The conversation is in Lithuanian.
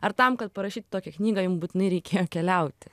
ar tam kad parašyt tokią knygą jum būtinai reikėjo keliauti